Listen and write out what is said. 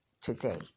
today